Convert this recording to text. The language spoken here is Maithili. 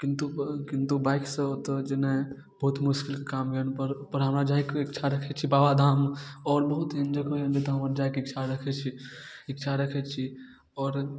किन्तु पर किन्तु बाइकसँ ओतऽ जेनाइ बहुत मुश्किल काम यऽ पर हमरा जाइके इच्छा रखै छी बाबाधाम आओर बहुत देखबै हमरा जाइके इच्छा रखै छी इच्छा रखै छी आओर